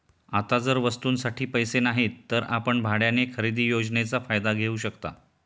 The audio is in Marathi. आता जर वस्तूंसाठी पैसे नाहीत तर आपण भाड्याने खरेदी योजनेचा फायदा घेऊ शकता